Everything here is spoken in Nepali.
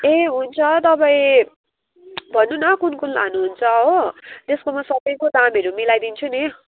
ए हुन्छ तपाईँ भन्नु न कुन कुन लानुहुन्छ हो त्यसको म सबैको दामहरू मिलाइदिन्छु नि